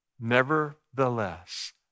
Nevertheless